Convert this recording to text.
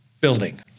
building